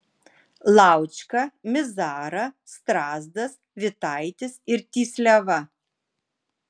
laučka mizara strazdas vitaitis ir tysliava